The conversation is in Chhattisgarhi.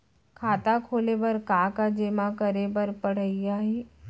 खाता खोले बर का का जेमा करे बर पढ़इया ही?